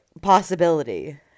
possibility